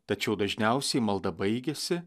tačiau dažniausiai malda baigiasi